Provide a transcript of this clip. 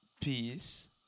peace